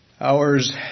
hours